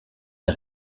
est